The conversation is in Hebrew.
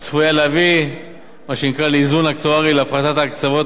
להפחתת ההקצבות שמשלמות הקרנות לעמיתיהן.